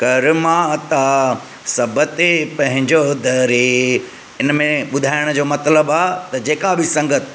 कर माता सभ ते पंहिंजो धरे हिन में ॿुधाइण जो मतिलबु आहे त जेका बि संगत